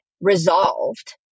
resolved